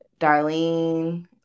Darlene